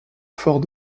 fort